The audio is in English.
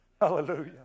Hallelujah